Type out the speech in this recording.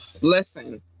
Listen